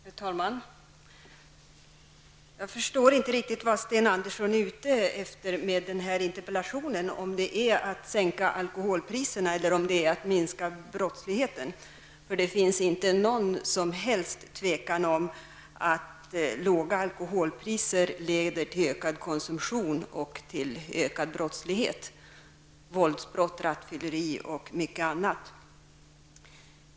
Fru talman! Jag förstår inte riktigt vad Sten Andersson i Malmö är ute efter med sin interpellation -- om det är att sänka alkoholpriserna eller om det är att minska brottsligheten. Det är inget som helst tvivel om att låga alkoholpriser leder till ökad konsumtion och ökad brottslighet -- våldsbrotten, rattfylleri och annan brottslighet ökar.